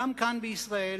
גם כאן בישראל,